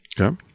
Okay